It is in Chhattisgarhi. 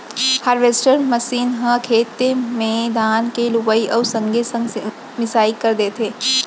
हारवेस्टर मसीन ह खेते म धान के लुवई अउ संगे संग मिंसाई कर देथे